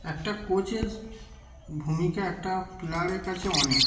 একটা কোচের ভূমিকা একটা প্লেয়ারের কাছে অনেক